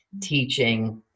teaching